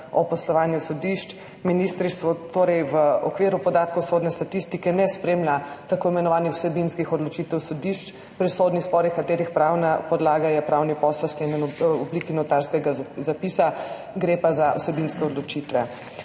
o poslovanju sodišč ministrstvo torej v okviru podatkov sodne statistike ne spremlja tako imenovanih vsebinskih odločitev sodišč, pri sodnih sporih, katerih pravna podlaga je pravni posel v obliki notarskega zapisa, gre pa za vsebinske odločitve.